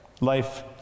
Life